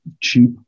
cheap